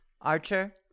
Archer